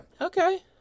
Okay